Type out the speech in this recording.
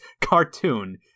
cartoon